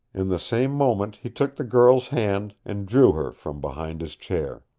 in the same moment he took the girl's hand and drew her from behind his chair.